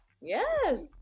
yes